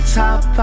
top